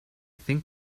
think